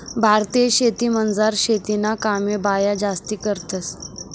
भारतीय शेतीमझार शेतीना कामे बाया जास्ती करतंस